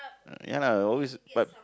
ya lah always but